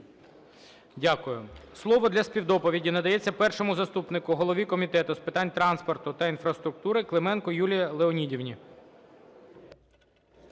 Дякую. Слово для співдоповіді надається першому заступнику голови Комітету з питань транспорту та інфраструктури Клименко Юлії Леонідівні.